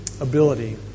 ability